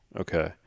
Okay